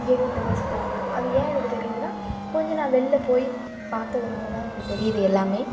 இங்கே இது இந்த பஸ்ஸு போகும் அது ஏன் எனக்கு தெரியிதுன்னா கொஞ்சம் நான் வெளில போய் பார்த்ததுனால தான் எனக்கு தெரியுது எல்லாமே